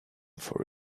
for